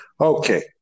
Okay